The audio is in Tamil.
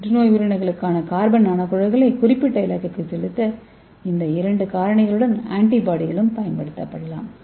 புற்றுநோய் உயிரணுக்களுக்கு கார்பன் நானோகுழாய்களை குறிப்பிட்ட இலக்குக்கு செலுத்த இந்த இரண்டு காரணி களுடன் ஆன்டிபாடிகள் பயன்படுத்தப்படலாம்